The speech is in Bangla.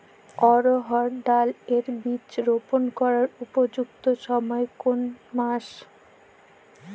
অড়হড় ডাল এর বীজ রোপন করার উপযুক্ত সময় কোন কোন মাস?